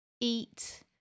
eat